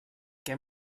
què